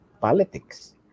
politics